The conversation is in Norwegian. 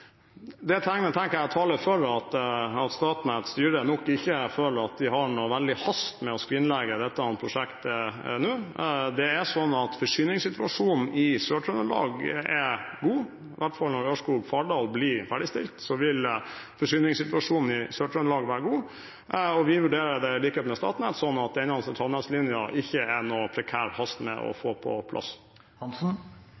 Det signalet tenker jeg taler for at Statnetts styre nok ikke føler at de har veldig hast med å skrinlegge dette prosjektet nå. Det er slik at forsyningssituasjonen i Sør-Trøndelag er god – i hvert fall når Ørskog–Fardal blir ferdigstilt, vil forsyningssituasjonen i Sør-Trøndelag være god – og i likhet med Statnett vurderer vi det slik at denne sentralnettlinjen er det ingen prekær hast med å få på plass.